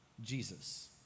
Jesus